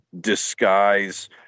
disguise